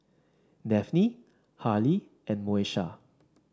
Daphne Harley and Moesha